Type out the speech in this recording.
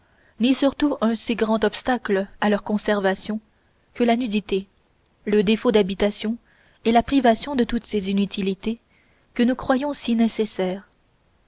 ni surtout un si grand obstacle à leur conservation que la nudité le défaut d'habitation et la privation de toutes ces inutilités que nous croyons si nécessaires